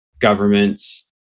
governments